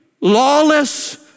lawless